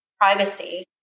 privacy